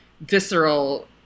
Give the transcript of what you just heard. visceral